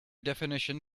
definition